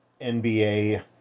NBA